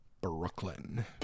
Brooklyn